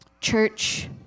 Church